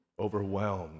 overwhelmed